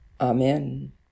Amen